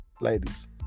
Ladies